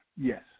yes